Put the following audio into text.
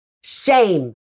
Shame